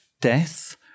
death